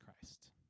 Christ